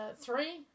Three